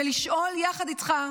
ולשאול יחד איתך,